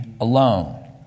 alone